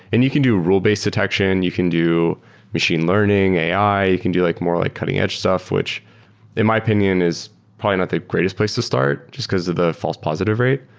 and you can do rule-based detection. you can do machine learning, ai. you can do like more like cutting edge stuff, which in my opinion is probably not the greatest place to start just because of the false positive rate,